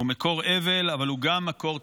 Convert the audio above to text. הוא מקור אבל, אבל הוא גם מקור תקווה,